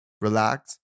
Relax